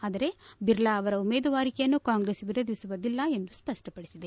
ಆದರೆ ಬಿರ್ಲಾ ಅವರ ಉಮೇದುವಾರಿಕೆಯನ್ನು ಕಾಂಗ್ರೆಸ್ ವಿರೋಧಿಸುವುದಿಲ್ಲ ಎಂದು ಸ್ಪಷ್ಟಪಡಿಸಿದೆ